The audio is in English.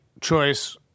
choice